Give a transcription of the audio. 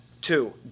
Two